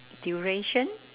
duration